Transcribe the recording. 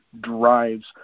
drives